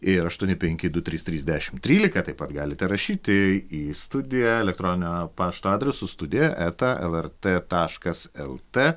ir aštuoni penki du trys trys dešimt trylika taip pat galite rašyti į studiją elektroninio pašto adresu studija eta lrt taškas lt